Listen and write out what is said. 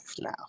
now